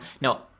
No